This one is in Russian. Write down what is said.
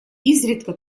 изредка